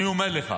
אני אומר לך,